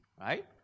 right